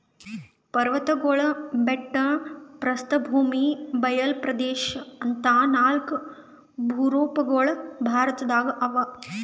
ಪರ್ವತ್ಗಳು ಬೆಟ್ಟ ಪ್ರಸ್ಥಭೂಮಿ ಬಯಲ್ ಪ್ರದೇಶ್ ಅಂತಾ ನಾಲ್ಕ್ ಭೂರೂಪಗೊಳ್ ಭಾರತದಾಗ್ ಅವಾ